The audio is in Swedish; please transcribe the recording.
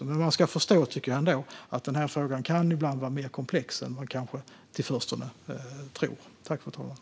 Men man ska förstå att denna fråga ibland kan vara mer komplex än vad man först kan tro.